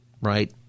right